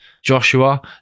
Joshua